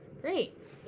great